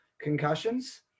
concussions